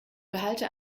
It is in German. behalte